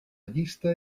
llista